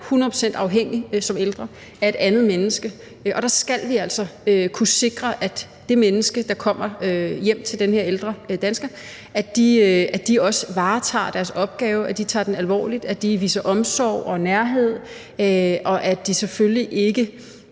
afhængig af et andet menneske. Der skal vi altså kunne sikre, at de mennesker, som kommer hjem til de her ældre danskere, også varetager deres opgave ordentligt, tager den alvorligt, viser omsorg og nærhed, og at de selvfølgelig ikke